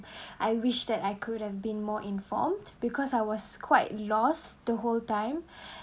I wish that I could have been more informed because I was quite lost the whole time